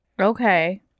Okay